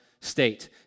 state